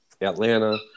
Atlanta